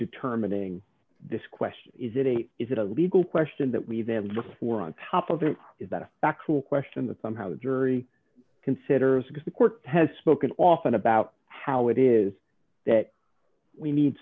determining this question is it a is it a legal question that we then look for on top of it is that a factual question that somehow the jury considers because the court has spoken often about how it is that we need